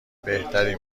بهتری